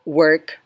work